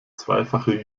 zweifache